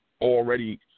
already